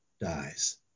dies